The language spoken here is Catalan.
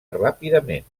ràpidament